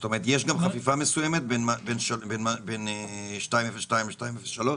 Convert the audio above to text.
זאת אומרת, יש גם חפיפה מסוימת בין 202 ל-203?